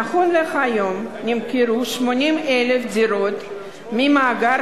נכון להיום נמכרו 80,000 דירות ממאגר